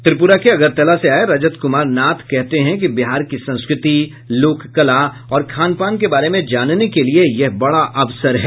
त्रिप्रा के अगरतला से आये रजत कुमार नाथ कहते हैं कि बिहार की संस्कृति लोक कला और खानपान के बारे में जानने के लिये यह बड़ा अवसर है